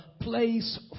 place